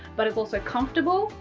but it's also comfortable,